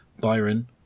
Byron